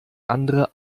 andere